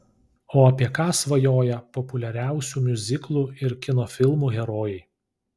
o apie ką svajoja populiariausių miuziklų ir kino filmų herojai